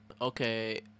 Okay